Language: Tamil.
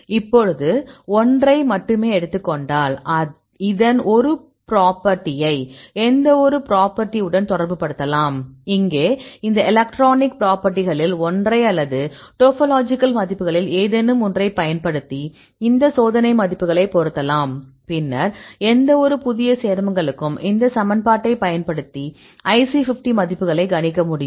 இப்போது 1 ஐ மட்டுமே எடுத்துக் கொண்டால் இதன் ஒரு பிராப்பர்ட்டியை எந்தவொரு பிராப்பர்ட்டி உடன் தொடர்புபடுத்தலாம் இங்கே இந்த எலக்ட்ரானிக் பிராப்பர்ட்டிகளில் ஒன்றை அல்லது டோபோலாஜிக்கல் மதிப்புகளில் ஏதேனும் ஒன்றைப் பயன்படுத்தி இந்த சோதனை மதிப்புகளை பொருத்தலாம் பின்னர் எந்தவொரு புதிய சேர்மங்களுக்கும் இந்த சமன்பாட்டைப் பயன்படுத்தி IC50 மதிப்புகளை கணிக்க முடியும்